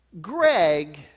Greg